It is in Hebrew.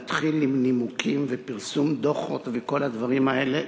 להתחיל עם נימוקים ופרסום דוחות וכל הדברים האלה,